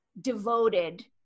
devoted